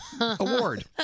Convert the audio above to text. award